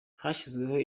hashyizweho